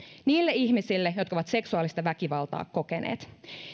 niille ihmisille jotka ovat seksuaalista väkivaltaa kokeneet